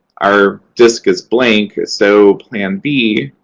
our disc, is blank. so, plan b